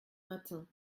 matin